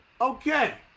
okay